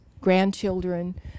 grandchildren